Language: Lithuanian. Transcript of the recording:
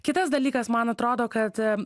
kitas dalykas man atrodo kad